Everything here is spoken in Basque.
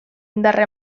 indarra